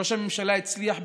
ראש הממשלה הצליח,